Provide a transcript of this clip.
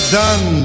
done